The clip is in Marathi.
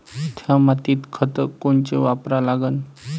थ्या मातीत खतं कोनचे वापरा लागन?